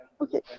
okay